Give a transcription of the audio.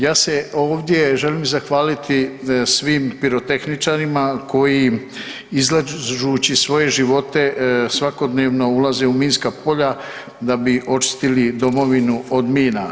Ja se ovdje želim zahvaliti svim pirotehničarima koji izlažući svoje živote svakodnevno ulaze u minska polja da bi očistili Domovinu od mina.